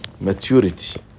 maturity